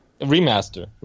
Remaster